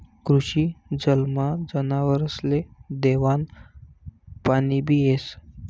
कृषी जलमा जनावरसले देवानं पाणीबी येस